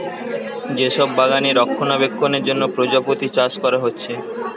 যে সব বাগানে রক্ষণাবেক্ষণের জন্যে প্রজাপতি চাষ কোরা হচ্ছে